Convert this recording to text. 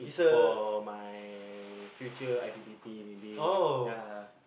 is for my future i_p_p_t maybe ya